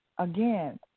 Again